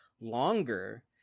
longer